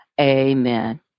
Amen